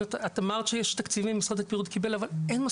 את אמרת שיש תקציבים שמשרד הבריאות קיבל- -- לא,